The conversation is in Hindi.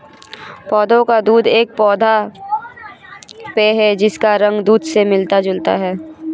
पौधे का दूध एक पौधा पेय है जिसका रंग दूध से मिलता जुलता है